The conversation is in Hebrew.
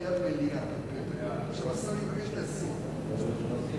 ההצעה להעביר את הנושא לוועדת הפנים והגנת הסביבה נתקבלה.